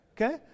Okay